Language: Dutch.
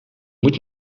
moet